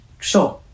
sure